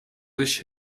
sich